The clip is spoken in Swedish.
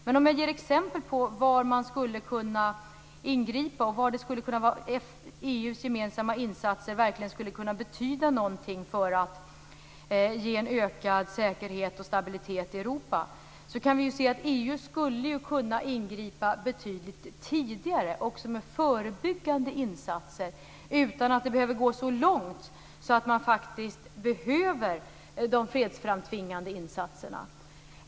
Jag kan ge exempel på i vilka fall man skulle kunna ingripa och när EU:s gemensamma insatser verkligen skulle kunna betyda någonting för att ge en ökad säkerhet och stabilitet i Europa. EU skulle kunna ingripa betydligt tidigare också med förebyggande insatser utan att det behöver gå så långt att man faktiskt behöver de fredsframtvingande insatserna.